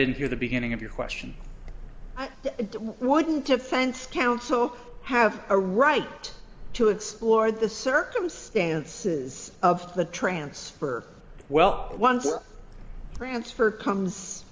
didn't hear the beginning of your question why didn't defense counsel have a right to explore the circumstances of the transfer well once or transfer comes